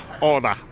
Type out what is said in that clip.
order